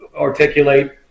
articulate